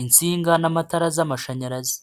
insinga n'amatara z'amashanyarazi.